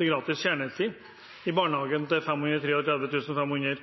til gratis kjernetid i barnehagen, 533 500